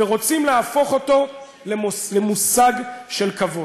"ורוצים להפוך אותו למושג של כבוד".